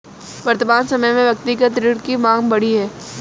वर्तमान समय में व्यक्तिगत ऋण की माँग बढ़ी है